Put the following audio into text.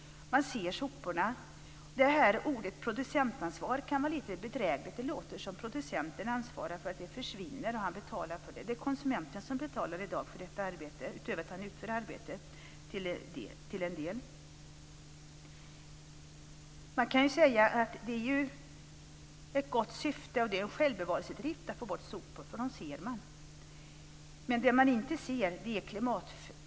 Man ser soporna. Ordet producentansvar kan vara lite bedrägligt. Det låter som om producenten ansvarar för att avfallet försvinner och som om han betalar för det. Det är konsumenten som i dag betalar för detta arbete, utöver att han utför arbetet till en del. Man kan säga att det är ett gott syfte och en självbevarelsedrift att få bort sopor eftersom man ser dem.